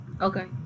Okay